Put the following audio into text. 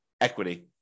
equity